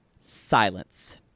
Silence